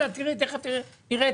תכף נראה את